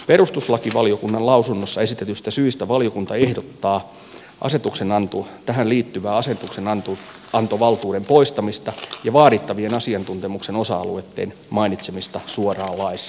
perustuslakivaliokunnan lausunnossa esitetyistä syistä valiokunta ehdottaa tähän liittyvää asetuksenantovaltuuden poistamista ja vaadittavien asiantuntemuksen osa alueiden mainitsemista suoraan laissa